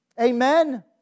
Amen